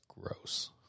gross